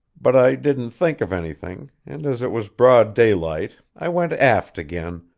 but i didn't think of anything, and as it was broad daylight i went aft again,